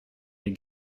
des